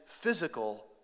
physical